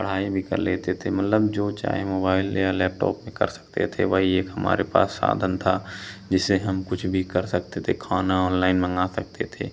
पढ़ाई भी कर लेते थे मतलब जो चाहे मोबाइल या लैपटॉप पर कर सकते थे वही एक हमारे पास साधन था जिससे हम कुछ भी कर सकते थे खाना ऑनलाइन मंगा सकते थे